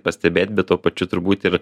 pastebėt bet tuo pačiu turbūt ir